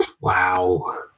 Wow